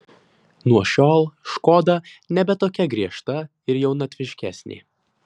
nuo šiol škoda nebe tokia griežta ir jaunatviškesnė